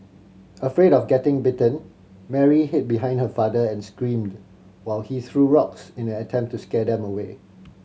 afraid of getting bitten Mary hid behind her father and screamed while he threw rocks in an attempt to scare them away